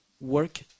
Work